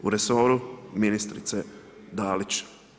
U resoru ministrice Dalić.